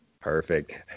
Perfect